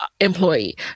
employee